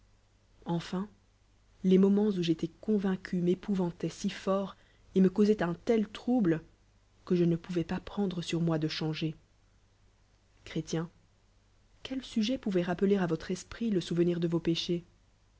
enfin les moments où j'étois convaincu ffi'épouvautoient si fort et me causoient un tel trouble que je ne pouvoin pas preud s sur moi de clianger chrc g quel sujet pouvoit rappe ler à votre esprit le sonvenir de vo péchés